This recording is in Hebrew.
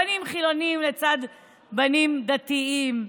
בנים חילונים לצד בנים דתיים,